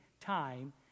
time